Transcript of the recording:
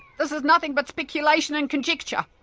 this is nothing but speculation and conjecture.